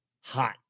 hot